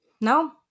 No